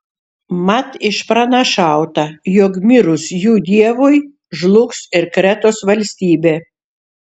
mat išpranašauta jog mirus jų dievui žlugs ir kretos valstybė